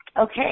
Okay